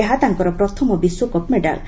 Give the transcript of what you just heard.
ଏହା ତାଙ୍କର ପ୍ରଥମ ବିଶ୍ୱକପ୍ ମେଡାଲ୍